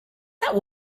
that